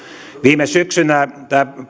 viime syksynä tämä